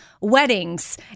weddings